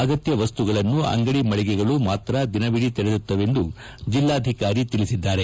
ಅಗತ್ಯ ವಸ್ತುಗಳನ್ನು ಅಂಗದಿ ಮಳಿಗೆಗಳು ಮಾತ್ರ ದಿನವಿದೀ ತೆರೆದಿರುತ್ತವೆಂದು ಜಿಲ್ಲಾಧಿಕಾರಿ ತಿಳಿಸಿದ್ದಾರೆ